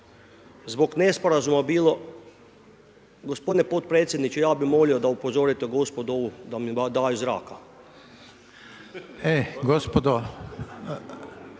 zbog nesporazuma bilo, gospodine potpredsjedniče, ja bi molio da upozorite gospodo ovu, da mi daju zraka. **Reiner,